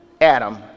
Adam